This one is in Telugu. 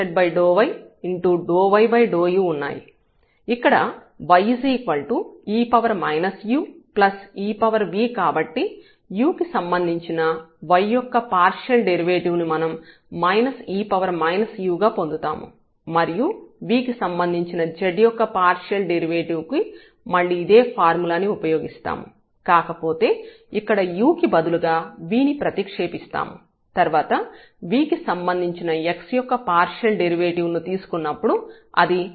ఇక్కడ y e uev కాబట్టి u కి సంబంధించిన y యొక్క పార్షియల్ డెరివేటివ్ ను మనం e u గా పొందుతాము మరియు v కి సంబంధించిన z యొక్క పార్షియల్ డెరివేటివ్ కు మళ్ళీ ఇదే ఫార్ములాను ఉపయోగిస్తాము కాకపోతే ఇక్కడ u కి బదులుగా v ని ప్రతిక్షేపిస్తాము తర్వాత v కి సంభందించిన x యొక్క పార్షియల్ డెరివేటివ్ ను తీసుకున్నప్పుడు అది e v అవుతుంది